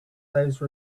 those